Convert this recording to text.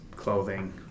clothing